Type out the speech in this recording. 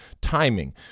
timing